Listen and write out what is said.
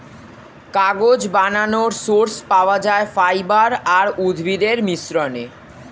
কাগজ বানানোর সোর্স পাওয়া যায় ফাইবার আর উদ্ভিদের মিশ্রণে